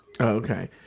Okay